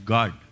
God